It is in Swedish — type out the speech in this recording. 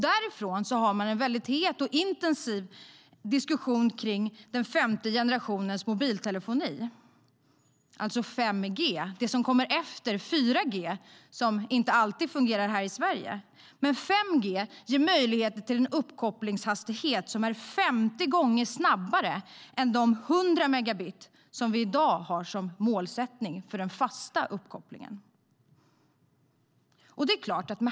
Där förs en het och intensiv diskussion om femte generationens mobiltelefoni, alltså 5G, det som kommer efter 4G, som inte alltid fungerar i Sverige. 5G ger möjligheter till en uppkopplingshastighet som är 50 gånger snabbare än de 100 megabit som vi i dag har som målsättning för den fasta uppkopplingen.